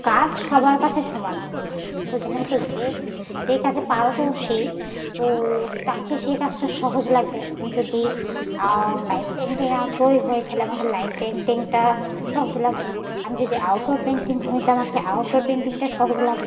কাজ সবার কাছে সমান বুঝলেন তো যে যে কাজে পারদর্শি তো তাকে সেই কাজটা সহজ লাগবে আমি যদি লাইভ পেইন্টিংয়ে আগ্রহী হই তাহলে আমাকে লাইভ পেইন্টিংটা সহজ লাগবে আমি যদি আউটডোর পেইন্টিং হই তা আমাকে আউটডোর পেইন্টিংটা সহজ লাগবে